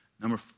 Number